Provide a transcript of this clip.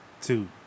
two